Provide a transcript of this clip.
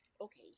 Okay